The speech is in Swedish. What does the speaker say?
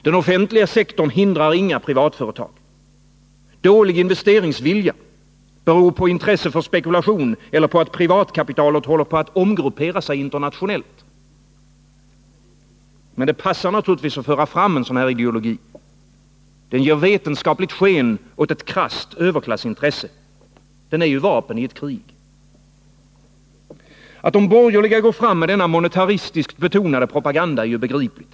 Den offentliga sektorn hindrar inga privatföretag. Dålig investeringsvilja beror på intresse för spekulation eller på att privatkapitalet håller på att omgruppera sig internationellt. Men det passar naturligtvis att föra fram en sådan här ideologi. Den ger vetenskapligt sken åt ett krasst överklassintresse. Den är ju vapen i ett krig. Att de borgerliga går fram med denna monetaristiskt betonade propaganda är ju begripligt.